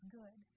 good